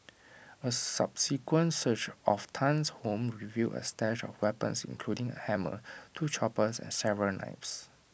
A subsequent search of Tan's home revealed A stash of weapons including A hammer two choppers and several knives